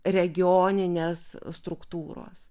regioninės struktūros